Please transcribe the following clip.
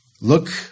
Look